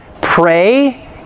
pray